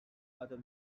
other